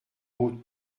route